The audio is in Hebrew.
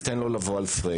תן לו לבוא על פריים.